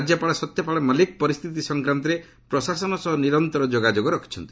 ରାଜ୍ୟପାଲ ସତ୍ୟପାଲ ମଲ୍ଲିକ ପରିସ୍ଥିତି ସଂକ୍ରାନ୍ତରେ ପ୍ରଶାସନ ସହ ନିରନ୍ତର ଯୋଗାଯୋଗ ରଖିଛନ୍ତି